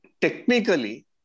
Technically